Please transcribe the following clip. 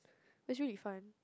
that's really fun